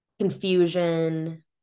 confusion